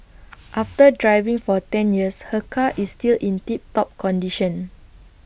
after driving for ten years her car is still in tip top condition